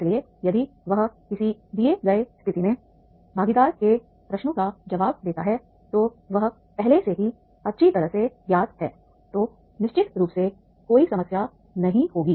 इसलिए यदि वह किसी दिए गए स्थिति में भागीदार के प्रश्नों का जवाब देता है तो वह पहले से ही अच्छी तरह से ज्ञात है तो निश्चित रूप से कोई समस्या नहीं होगी